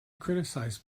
criticise